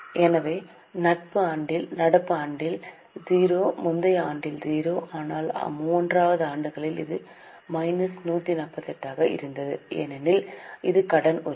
எனவே நடப்பு ஆண்டில் 0 முந்தைய ஆண்டில் 0 ஆனால் 3 ஆண்டுகளில் இது மைனஸ் 148 ஆக இருந்தது ஏனெனில் இது கடன் உரிமை